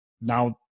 now